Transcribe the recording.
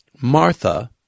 Martha